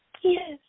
Yes